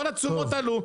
כל התשואות עלו,